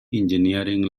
engineering